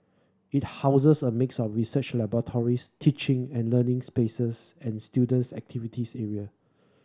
it houses a mix of research laboratories teaching and learning spaces and students activities area